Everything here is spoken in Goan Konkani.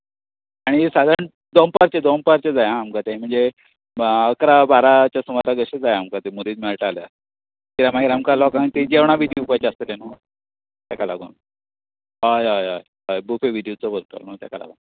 आनी सादारण दनपारचें दनपारचें जाय आमकां तें म्हणजे अकरा बाराच्या सुमाराक अशें जाय आमकां तें म्हुरीत मेळटा जाल्यार कित्याक मागीर आमकां लोकांक जेवणां बी दिवपा आसतलें न्हू ताका लागून हय हय अय बुफे बी दिवचो पडटलो ताका लागून